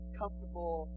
comfortable